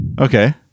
Okay